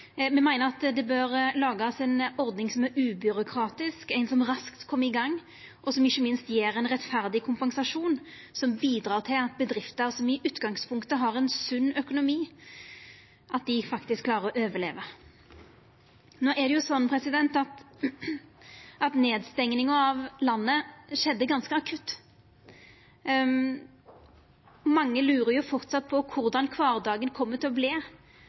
me ser fram til regjeringa sine meir detaljerte forslag på dette feltet. Me meiner det bør lagast ei ordning som er ubyråkratisk, ei ordning som raskt kjem i gang, og som ikkje minst gjev ein rettferdig kompensasjon, som bidreg til at bedrifter som i utgangspunktet har ein sunn økonomi, faktisk klarer å overleva. Nedstenginga av landet skjedde akutt. Mange lurer framleis på korleis kvardagen kjem til å